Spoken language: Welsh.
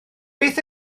beth